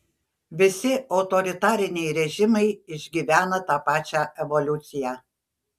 visi autoritariniai režimai išgyvena tą pačią evoliuciją